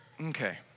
okay